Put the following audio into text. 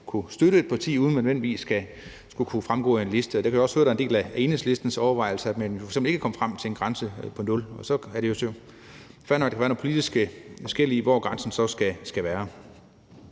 kunne støtte et parti, uden at det nødvendigvis skal fremgå af en liste. Jeg kan også høre, at det er en del af Enhedslistens overvejelser, og man er jo f.eks. ikke kommet frem til en grænse på 0 kr., og så er det jo fair nok, at der kan være nogle politiske skel i, hvor grænsen så skal være.